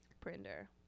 Printer